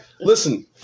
Listen